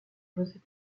josep